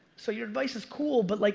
so your advice is cool, but like